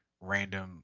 random